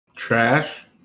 Trash